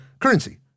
currency